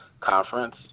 conference